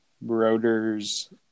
Brothers